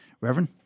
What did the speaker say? Reverend